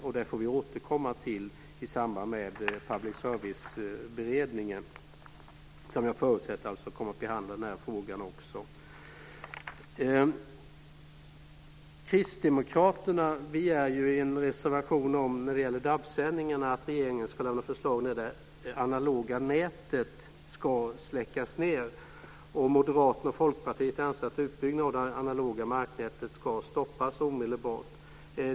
Det får vi återkomma till i samband med public service-beredningen, som jag förutsätter kommer att behandla också den här frågan. Moderaterna och Folkpartiet anser att utbyggnaden av det analoga marknätet ska stoppas omedelbart.